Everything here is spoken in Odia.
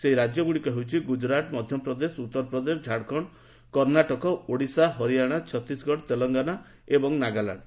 ସେହି ରାଜ୍ୟଗୁଡ଼ିକ ହେଉଛି ଗୁଜୁରାଟ୍ ମଧ୍ୟପ୍ରଦେଶ ଉତ୍ତର ପ୍ରଦେଶ ଝାଡ଼ଖଣ୍ଡ କର୍ଣ୍ଣାଟକ ଓଡ଼ିଶା ହରିୟାଣା ଛତିଶଗଡ଼ ତେଲଙ୍ଗାନା ଏବଂ ନାଗାଲ୍ୟାଣ୍ଡ୍